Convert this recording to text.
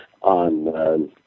on